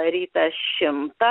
rytą šimtą